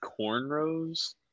cornrows